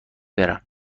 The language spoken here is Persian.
برم